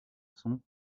sont